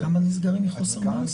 כמה נסגרים מחוסר מעש?